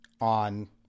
on